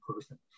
person